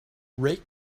rate